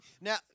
Now